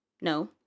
No